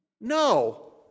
No